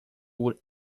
would